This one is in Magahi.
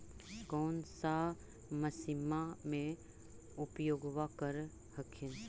कौन सा मसिन्मा मे उपयोग्बा कर हखिन?